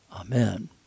Amen